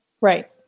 Right